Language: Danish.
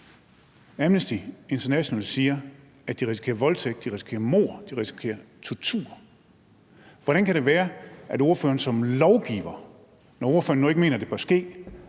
Amnesty International siger, at de risikerer at blive voldtaget, at de risikerer at blive myrdet, at de risikerer at blive udsat for tortur. Hvordan kan det være, at ordføreren som lovgiver, når ordføreren nu ikke mener, at det bør ske,